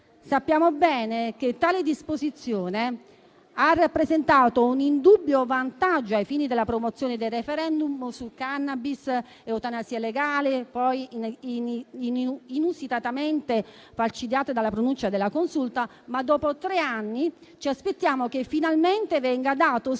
Sappiamo bene che tale disposizione ha rappresentato un indubbio vantaggio ai fini della promozione dei *referendum* sulla cannabis e l'eutanasia legale, poi inusitatamente falcidiate dalla pronuncia della Consulta, ma dopo tre anni ci aspettiamo che finalmente venga dato seguito